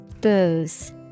Booze